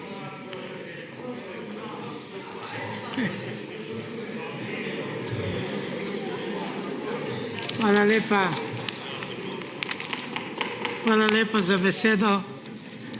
hvala lepa za besedo.